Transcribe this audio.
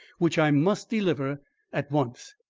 which i must deliver at once.